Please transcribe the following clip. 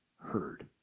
heard